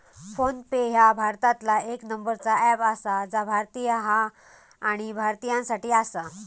phone पे ह्या भारतातला येक नंबरचा अँप आसा जा भारतीय हा आणि भारतीयांसाठी आसा